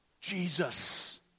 jesus